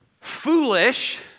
Foolish